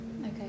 okay